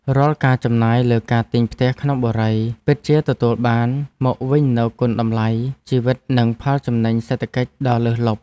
រាល់ការចំណាយលើការទិញផ្ទះក្នុងបុរីពិតជាទទួលបានមកវិញនូវគុណតម្លៃជីវិតនិងផលចំណេញសេដ្ឋកិច្ចដ៏លើសលប់។